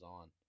on